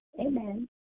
Amen